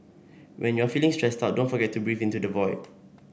when you are feeling stressed out don't forget to breathe into the void